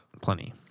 Plenty